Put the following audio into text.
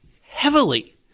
heavily